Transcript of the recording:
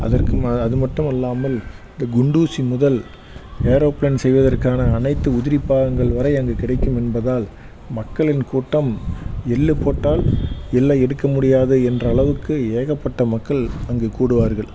அதற்கும் அது மட்டும் அல்லாமல் இந்த குண்டு ஊசி முதல் ஏரோப்பிளேன் செய்வதற்கான அனைத்து உதிரி பாகங்கள் வரை அங்கு கிடைக்கும் என்பதால் மக்களின் கூட்டம் எள்ளு போட்டால் எள்ளை எடுக்க முடியாது என்றளவுக்கு ஏகப்பட்ட மக்கள் அங்கு கூடுவார்கள்